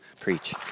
preach